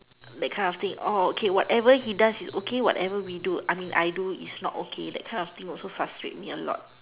that kind of thing all okay whatever he does is okay whatever we do I mean I do is not okay that kind of thing also frustrate me a lot